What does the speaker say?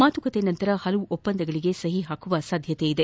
ಮಾತುಕತೆ ನಂತರ ಹಲವು ಒಪ್ಪಂದಗಳಿಗೆ ಸಹಿ ಹಾಕುವ ಸಾಧ್ಯತೆ ಇದೆ